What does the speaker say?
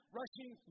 rushing